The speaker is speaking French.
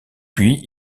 puis